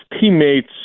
teammates